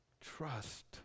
trust